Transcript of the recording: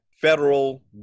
federal